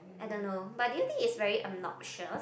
I don't know but do you think it's very obnoxious